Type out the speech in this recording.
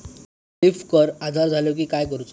Leaf curl आजार झालो की काय करूच?